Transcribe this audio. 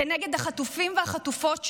כנגד החטופים והחטופות שלנו,